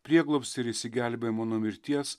prieglobstį ir išsigelbėjimą nuo mirties